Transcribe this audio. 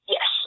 Yes